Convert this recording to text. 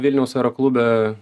vilniaus aeroklube